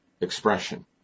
expression